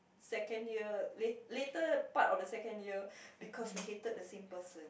second year late later part of the second year because we hated the same person